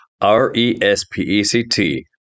R-E-S-P-E-C-T